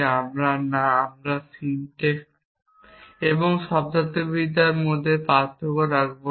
আমরা না আমরা সিনট্যাক্স এবং শব্দার্থবিদ্যার মধ্যে পার্থক্য রাখব না